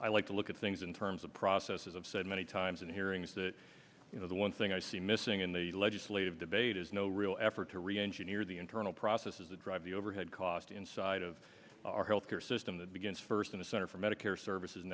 i like to look at things in terms of processes of said many times and hearings that you know the one thing i see missing in the legislative debate is no real effort to reengineer the internal this is a dr the overhead cost inside of our health care system that begins first in the center for medicare services and